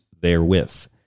therewith